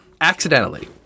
accidentally